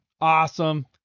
Awesome